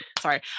sorry